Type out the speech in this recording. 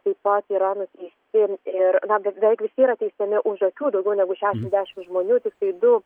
taip pat yra nuteisti ir na beveik visi yra teisiami už akių daugiau negu šešiasdešimt žmonių tiktai du